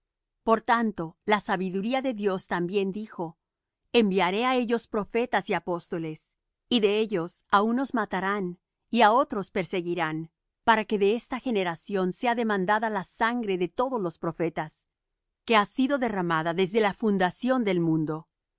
por tanto la sabiduría de dios también dijo enviaré á ellos profetas y apóstoles y de ellos á unos matarán y á otros perseguirán para que de esta generación sea demandada la sangre de todos los profetas que ha sido derramada desde la fundación del mundo